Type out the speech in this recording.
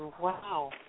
Wow